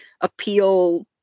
appeal